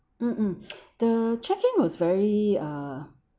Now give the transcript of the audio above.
mm mm the check in was very uh